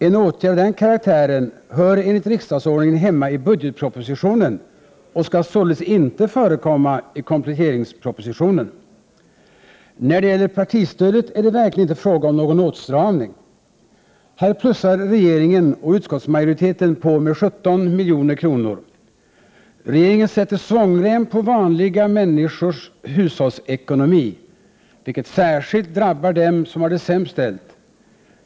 En åtgärd av den karaktären hör enligt riksdagsordningen hemma i budgetpropositionen och skall således inte förekomma i kompletteringspropositionen. När det gäller partistödet är det verkligen inte fråga om någon åtstramning. Här plussar regeringen och utskottsmajoriteten på med 17 milj.kr. Regeringen sätter svångrem på vanliga människors hushållsekonomi, vilket särskilt drabbar dem som har det sämst ställt.